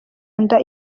nda